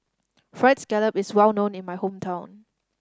Fried Scallop is well known in my hometown